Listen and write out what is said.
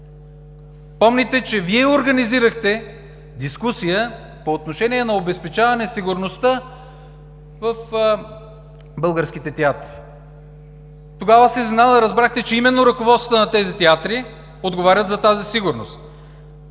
помните, че Вие организирахте дискусия по отношение на обезпечаване сигурността в българските театри. Тогава с изненада разбрахте, че именно ръководствата на тези театри отговарят за тази сигурност.